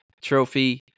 Trophy